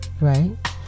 Right